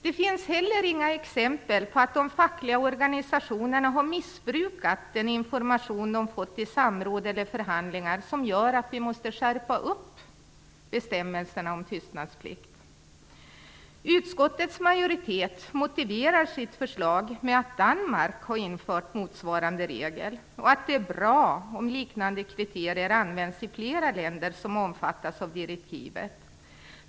Det finns inga exempel på att de fackliga organisationerna har missbrukat den information de fått i samråd eller förhandlingar som gör att vi måste skärpa bestämmelserna om tystnadsplikt. Utskottets majoritet motiverar sitt förslag med att Danmark har infört motsvarande regel och att det är bra om liknande kriterier används i flera länder som omfattas av direktivet.